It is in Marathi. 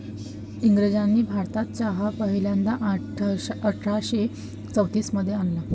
इंग्रजांनी भारतात चहा पहिल्यांदा अठरा शे चौतीस मध्ये आणला